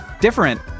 different